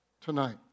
tonight